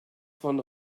von